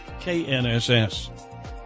KNSS